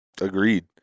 agreed